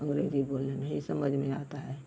अँग्रेजी बोलना नहीं समझ में आता है